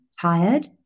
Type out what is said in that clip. tired